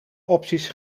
opties